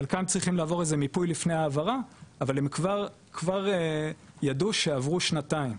חלקם צריכים לעבור איזה מיפוי לפני העברה אבל הם כבר ידעו שעברו שנתיים,